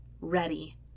Ready